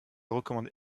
recommande